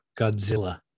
Godzilla